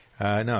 No